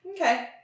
Okay